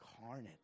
incarnate